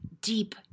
deep